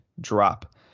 drop